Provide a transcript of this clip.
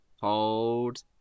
Hold